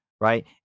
right